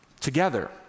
Together